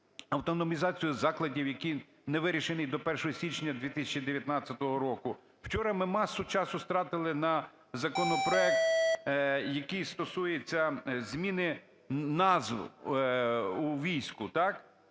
автономізацію закладів, який не вирішений до 1 січня 2019 року. Вчора ми масу часу стратили на законопроект, який стосується зміни назв у війську, так,